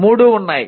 మూడు ఉన్నాయి